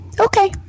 Okay